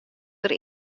der